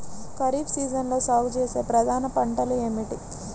ఖరీఫ్ సీజన్లో సాగుచేసే ప్రధాన పంటలు ఏమిటీ?